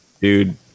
Dude